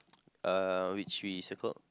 uh which we circled